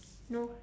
no